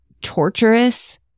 torturous